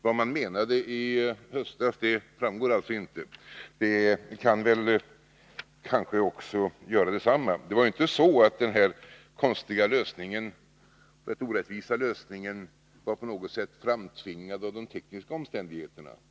Vad man menade ii höstas framgår alltså inte. Det kan kanske göra detsamma. Det var ju inte så att den här konstiga, rätt orättvisa, lösningen på något sätt var framtvingad av de tekniska omständigheterna.